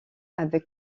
avec